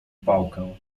pałkę